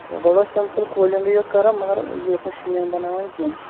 ہے گۄڈٕ اوس سِمپُل کوٗلِنٛگٕے یوٚت کران مگر یہِ اوس نہٕ شیٖن بَناوان کیٚنٛہہ